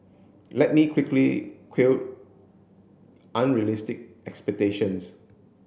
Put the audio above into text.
let me quickly quell unrealistic expectations